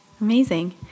Amazing